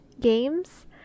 games